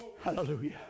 Hallelujah